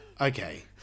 Okay